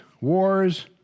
wars